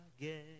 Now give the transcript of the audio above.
again